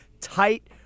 tight